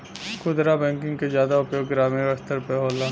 खुदरा बैंकिंग के जादा उपयोग ग्रामीन स्तर पे होला